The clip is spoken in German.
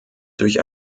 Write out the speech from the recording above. durch